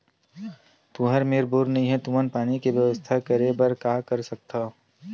तुहर मेर बोर नइ हे तुमन पानी के बेवस्था करेबर का कर सकथव?